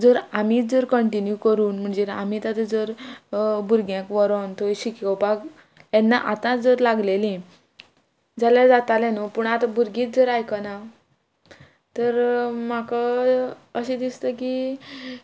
जर आमीत जर कंटिन्यू करून म्हणजेर आमी आतां जर भुरग्यांक व्हरोन थंय शिकोवपाक येन्ना आतां जर लागलेली जाल्यार जातालें न्हू पूण आतां भुरगींत जर आयकना तर म्हाक अशें दिसता की